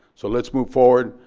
so let's move forward.